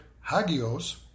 hagios